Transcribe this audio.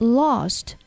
lost